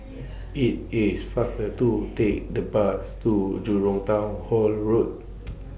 IT IS faster to Take The Bus to Jurong Town Hall Road